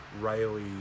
Riley